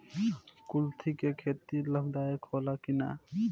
कुलथी के खेती लाभदायक होला कि न?